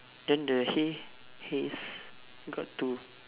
then the hay hays got two